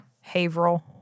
Haverhill